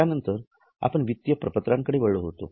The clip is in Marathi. त्यानंतर आपण वित्तीय प्रपत्रांकडे वळलो होतो